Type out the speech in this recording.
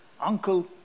Uncle